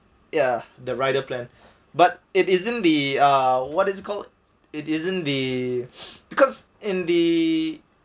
ya the rider plan but it isn't the uh what is it called it isn't the because in the